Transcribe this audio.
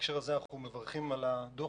ולכן אנחנו מברכים על הדוח,